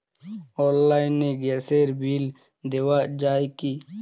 অনলাইনে গ্যাসের বিল দেওয়া যায় কি?